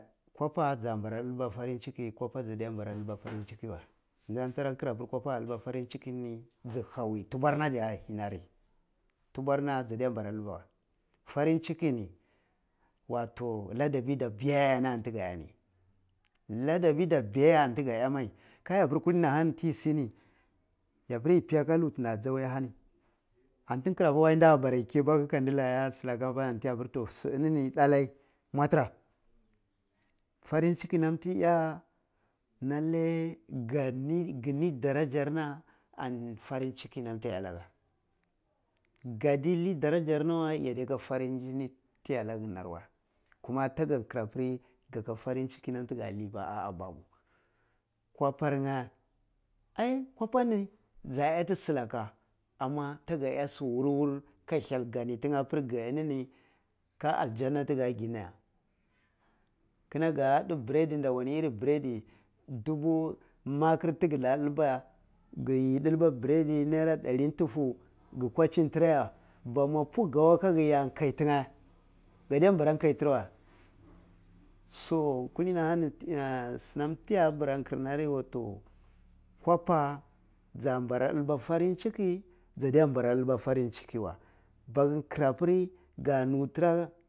Kwaba ja bara tilba farin chiki ja in bara tilba forin chiki wey di nam tara nkirabir kwapa ah diba farin duki ni ji hawayi dubwar na diya ji nari tubwa na ja de mbara dilba wey farin chiki ni watto ladabi da biyaya ra nam ti ga iyya ni laddabi da biyyayani ar ti ka iya mai ka yapper kulini ahani ti si ni yapper yi piya ka lutu ni ata jawal asi an ti kra pir wai nda bara kibaku kan da inda la iya shilaka an diye pir toh shi ini ni da lai mwa fira farin cii nam ti iya lalle gini daraja na ani farin cikin nam tiya iya laka kadi lai darajar nawa wey yaddiya ka farin jinni ti ya laka nar waye kuma take kira pri gi ka farin jinni dika laifii wey ah aha bar bu kwapar nye ai kwapa ni ja iyati silaka amma daka iya su wurwur ka hyal gane tinye appir gi inini ka aljana sig a gina ya gin aka ti beredi naira darin dufu ki kwai jinni tira y aba mu bu giwa aka gay a ngai tin ye kada npara kai tira wey so kulini ahani sinam ti ya mbara kir ni waito kwapa jan mbara dilba farin ciki jade mbara dilba farin ciki wey baki kira pir ga nu fira.